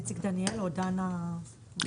איציק דניאל או דנה דובר?